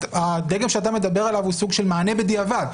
הדגם שאתה מדבר עליו הוא סוג של מענה בדיעבד.